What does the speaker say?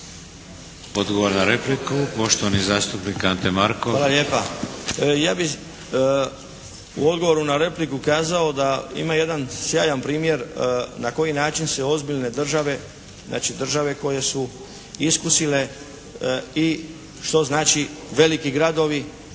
Odgovor na repliku, poštovani zastupnik Ante Markov. **Markov, Ante (HSS)** Hvala lijepa. Ja bi u odgovoru na repliku kazao da ima jedan sjajan primjer na koji način su ozbiljne države, znači države koje su iskusile i što znači veliki gradovi